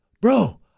bro